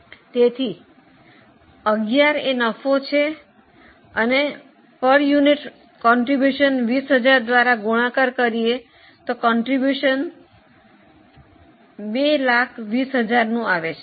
તેથી 11 નફો છે અથવા એકમ દીઠ ફાળો 20000 દ્વારા ગુણાકાર કરીયે તો ફાળો 220000 મળે છે